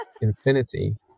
Infinity